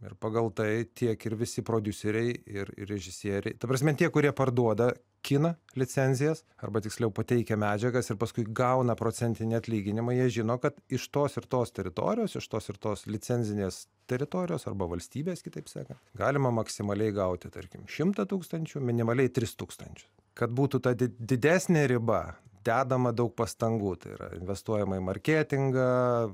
ir pagal tai tiek ir visi prodiuseriai ir režisieriai ta prasme tie kurie parduoda kiną licenzijas arba tiksliau pateikia medžiagas ir paskui gauna procentinį atlyginimą jie žino kad iš tos ir tos teritorijos iš tos ir tos licencinės teritorijos arba valstybės kitaip sakant galima maksimaliai gauti tarkim šimtą tūkstančių minimaliai tris tūkstančius kad būtų ta di didesnė riba dedama daug pastangų tai yra investuojama į marketingą